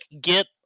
get